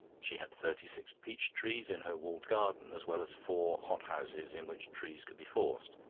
she had thirty-six peach trees in her walled garden, as well as four hot-houses in which trees could be forced,